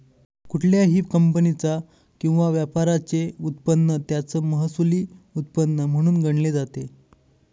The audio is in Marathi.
कुठल्याही कंपनीचा किंवा व्यापाराचे उत्पन्न त्याचं महसुली उत्पन्न म्हणून गणले जाते